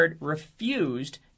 refused